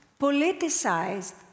politicized